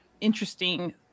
interesting